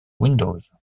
windows